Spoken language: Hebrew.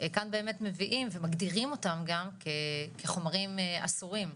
כאן באמת מביאים ומגדירים אותם גם כחומרים אסורים.